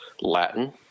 Latin